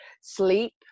sleep